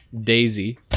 daisy